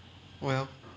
well